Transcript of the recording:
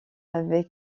avec